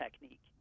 technique